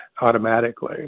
automatically